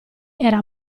era